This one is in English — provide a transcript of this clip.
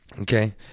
Okay